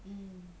mmhmm